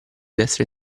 destra